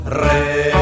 re